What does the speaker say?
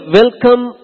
welcome